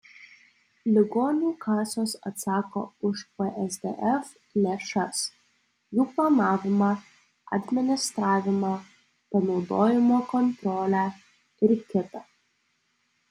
ligonių kasos atsako už psdf lėšas jų planavimą administravimą panaudojimo kontrolę ir kita